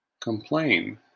Complain